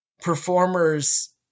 performers